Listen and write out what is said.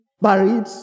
buried